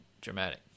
dramatic